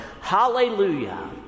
Hallelujah